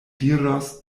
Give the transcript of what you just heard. diros